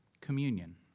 communion